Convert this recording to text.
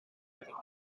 hebben